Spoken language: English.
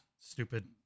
Stupid